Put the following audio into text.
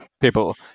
people